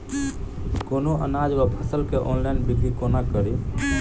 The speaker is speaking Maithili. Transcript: कोनों अनाज वा फसल केँ ऑनलाइन बिक्री कोना कड़ी?